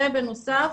בנוסף